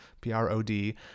P-R-O-D